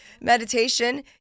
meditation